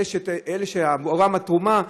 אלה שעבורם התרומה,